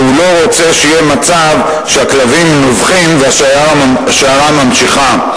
לא רוצה שיהיה מצב שהכלבים נובחים והשיירה ממשיכה.